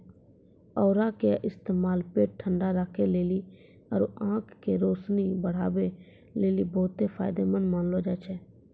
औरा के इस्तेमाल पेट ठंडा राखै लेली आरु आंख के रोशनी बढ़ाबै लेली बहुते फायदामंद मानलो जाय छै